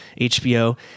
HBO